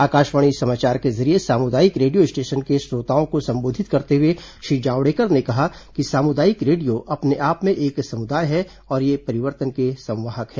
आकाशवाणी समाचार के जरिये सामुदायिक रेडियो स्टेशनों के श्रोताओं को संबोधित करते हुए श्री जावड़ेकर ने कहा कि सामुदायिक रेडियो अपने आप में एक समुदाय है और ये परिवर्तन के संवाहक हैं